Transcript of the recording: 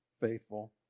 faithful